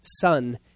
son